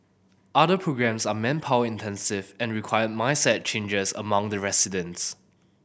other programmes are manpower intensive and require mindset changes among the residents